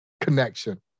connection